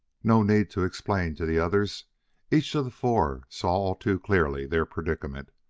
no need to explain to the others each of the four saw all too clearly their predicament.